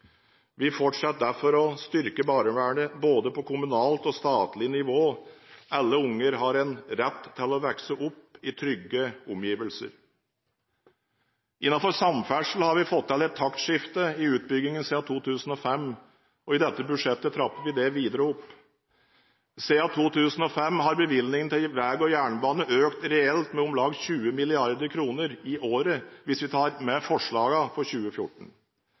Vi fortsetter derfor å styrke barnevernet, både på kommunalt og statlig nivå. Alle barn har rett til å vokse opp i trygge omgivelser. Innenfor samferdsel har vi fått til et taktskifte i utbyggingen siden 2005, og i dette budsjettet trapper vi det videre opp. Siden 2005 har bevilgningene til vei og jernbane økt reelt med om lag 20 mrd. kr i året, hvis vi tar med forslagene for 2014.